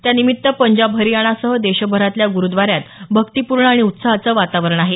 त्यानिमित्त पंजाब हरियाणासह देशभरातल्या गुरुद्वारात भक्तीपूर्ण आणि उत्साहाचं वातावरण आहे